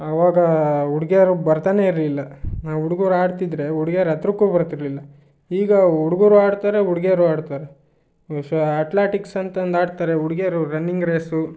ಅವಾಗ ಹುಡ್ಗೀಯರು ಬರ್ತಾನೆ ಇರಲಿಲ್ಲ ನಾವು ಹುಡ್ಗುರ್ ಆಡ್ತಿದ್ದರೆ ಹುಡ್ಗೀಯರು ಹತ್ತಿರಕ್ಕೂ ಬರ್ತಿರಲಿಲ್ಲ ಈಗ ಹುಡ್ಗುರೂ ಆಡ್ತಾರೆ ಹುಡುಗಿಯರೂ ಆಡ್ತಾರೆ ಸೊ ಅತ್ಲೆಟಿಕ್ಸ್ ಅಂತೊಂದು ಆಡ್ತಾರೆ ಹುಡುಗಿಯರು ರನ್ನಿಂಗ್ ರೇಸು